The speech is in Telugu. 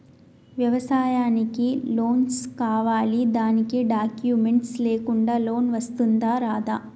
వ్యవసాయానికి లోన్స్ కావాలి దానికి డాక్యుమెంట్స్ లేకుండా లోన్ వస్తుందా రాదా?